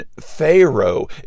Pharaoh